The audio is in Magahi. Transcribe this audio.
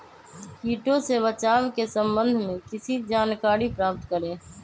किटो से बचाव के सम्वन्ध में किसी जानकारी प्राप्त करें?